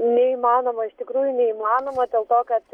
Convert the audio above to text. neįmanoma iš tikrųjų neįmanoma dėl to kad